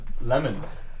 lemons